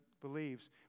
believes